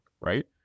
Right